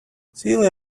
celia